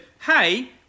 hey